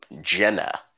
Jenna